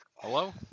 hello